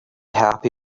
happy